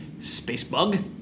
Spacebug